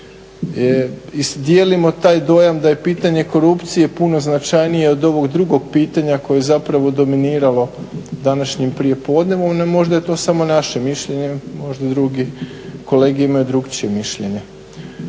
I dijelimo taj dojam da je pitanje korupcije puno značajnije od ovog drugog pitanja koje je zapravo dominiralo današnjim prijepodnevom, no možda je to samo naše mišljenje, možda drugi kolege imaju drukčije mišljenje.